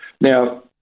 Now